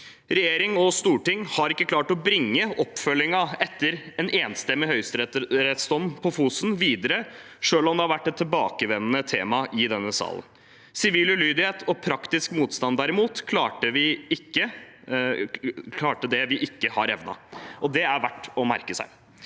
Regjering og storting har ikke klart å bringe oppfølgingen etter en enstemmig høyesterettsdom om Fosen videre selv om det har vært et tilbakevendende tema i denne salen. Med sivil ulydighet og praktisk motstand klarte man derimot det vi ikke har evnet, og det er verdt å merke seg.